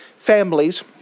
families